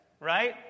right